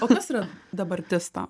o kas yra dabartis tau